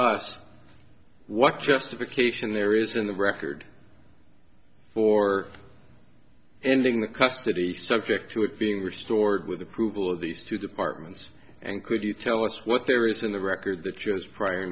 us what justification there is in the record for ending the custody subject to it being restored with approval of these two departments and could you tell us what there is in the record that you as prior